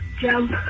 jump